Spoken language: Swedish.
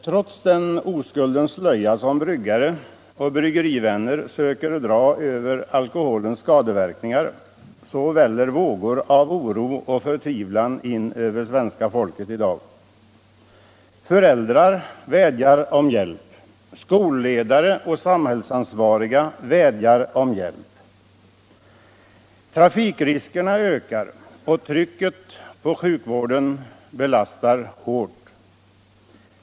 Trots den oskuldens slöja som bryggare och bryggerivänner söker dra över alkoholens skadeverkningar väller vågor av oro och förtvivlan in över svenska folket i dag. Föräldrar vädjar om hjälp. Skolledare och samhällsansvariga vädjar om hjälp. Trafikriskerna ökar och trycket på sjukvården belastar hårt.